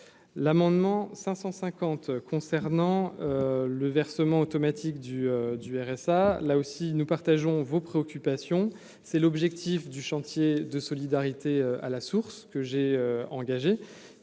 l'amendement 550 concernant le versement automatique du du RSA, là aussi, nous partageons vos préoccupations, c'est l'objectif du chantier de solidarité à la source, que j'ai engagé